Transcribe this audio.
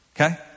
okay